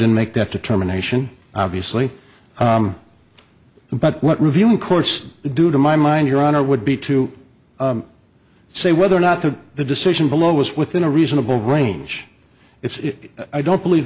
and make that determination obviously but what reviewing course do to my mind your honor would be to say whether or not the the decision below was within a reasonable range it's i don't believe